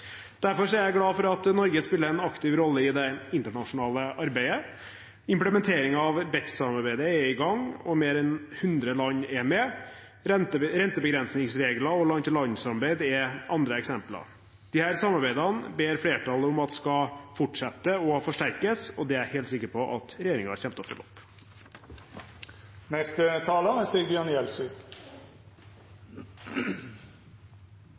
Derfor er jeg glad for at Norge spiller en aktiv rolle i det internasjonale arbeidet. Implementeringen av BEPS-samarbeidet er i gang, og mer enn 100 land er med. Rentebegrensningsregler og land-til-land-samarbeid er andre eksempler. Disse samarbeidene ber flertallet om at skal fortsette og forsterkes, og det er jeg helt sikker på at regjeringen kommer til å følge opp. Det er et særdeles viktig tema som er